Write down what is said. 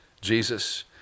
Jesus